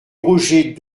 roger